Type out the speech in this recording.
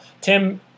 Tim